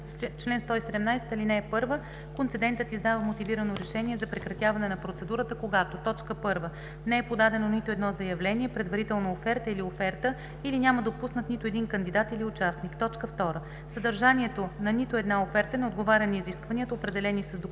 чл. 117: „Чл. 117. (1) Концедентът издава мотивирано решение за прекратяване на процедурата, когато: 1. не е подадено нито едно заявление, предварителна оферта или оферта или няма допуснат нито един кандидат или участник; 2. съдържанието на нито една оферта не отговаря на изискванията, определени с документацията